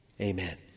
Amen